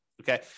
okay